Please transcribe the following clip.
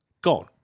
gone